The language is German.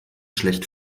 schlecht